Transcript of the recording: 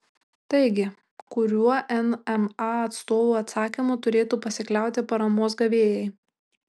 taigi kuriuo nma atstovų atsakymu turėtų pasikliauti paramos gavėjai